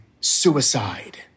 suicide